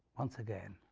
once again,